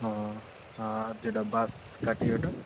ও আর যেটা বাঁশকাঠি ওটা